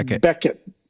Beckett